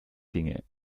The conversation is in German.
dinge